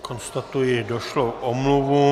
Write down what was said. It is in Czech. Konstatuji došlou omluvu.